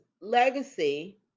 legacy